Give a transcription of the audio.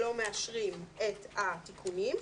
לא מאשרים את התיקונים,